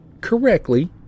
correctly